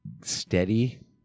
steady